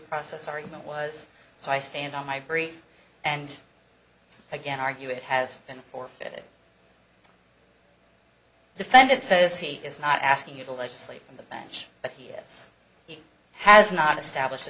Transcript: process argument was so i stand on my brief and again argue it has been forfeited defendant says he is not asking you to legislate from the bench but yes he has not establish